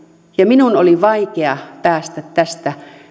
ja minun oli vaikea päästä tästä